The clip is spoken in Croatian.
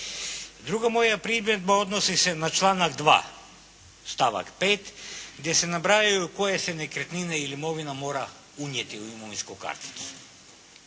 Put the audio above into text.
Druga moja primjedba odnosi se na članak 2. stavak 5. gdje se nabrajaju koje se nekretnine i imovina mora unijeti u imovinsku karticu.